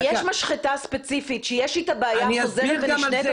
אם יש משחטה ספציפית שיש איתה בעיה חוזרת ונשנית,